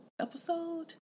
episode